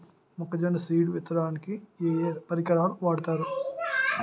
మొక్కజొన్న సీడ్ విత్తడానికి ఏ ఏ పరికరాలు వాడతారు?